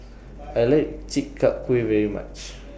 I like Chi Kak Kuih very much